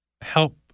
help